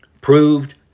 proved